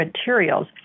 materials